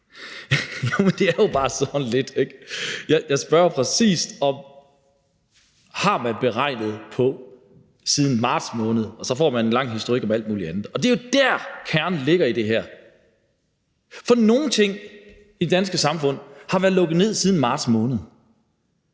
Nå, men lad det nu ligge. Men jeg spørger præcist, om man har beregnet på det siden marts måned, og så får man en lang historik om alt muligt andet. Det er jo det, der er kernen i det her. For nogle ting i det danske samfund har været lukket ned siden marts måned